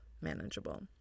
manageable